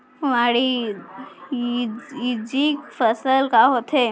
वाणिज्यिक फसल का होथे?